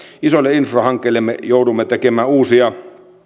isoille infrahankkeille me joudumme tekemään uusia